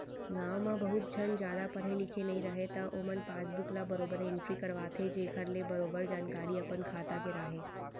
गॉंव म बहुत झन जादा पढ़े लिखे नइ रहयँ त ओमन पासबुक ल बरोबर एंटरी करवाथें जेखर ले बरोबर जानकारी अपन खाता के राहय